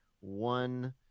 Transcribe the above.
one